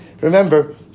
Remember